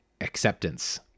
acceptance